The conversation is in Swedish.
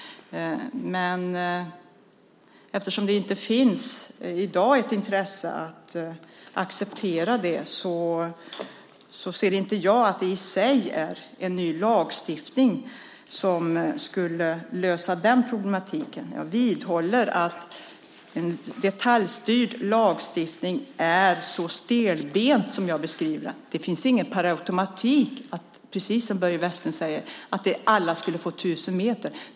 Men eftersom det i dag inte finns ett intresse att acceptera detta ser jag inte att det i sig är en ny lagstiftning som skulle lösa problematiken. Jag vidhåller att en detaljstyrd lagstiftning är så stelbent som jag har beskrivit det. Det finns inget som säger, precis som Börje Vestlund påpekar, att alla per automatik skulle få tusen meter.